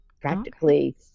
practically